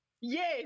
Yes